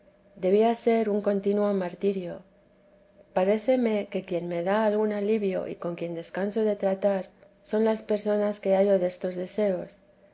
debía ser un continuo martirio paréceme que quien me da algún alivio y con quien descanso de tratar son las personas que hallo destos deseos